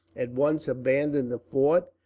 at once abandoned the fort,